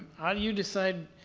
how do you decide,